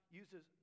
uses